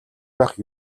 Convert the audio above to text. байх